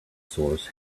source